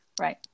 Right